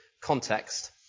context